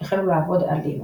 החלו לעבוד על לינוקס.